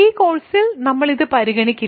ഈ കോഴ്സിൽ നമ്മൾ ഇത് പരിഗണിക്കില്ല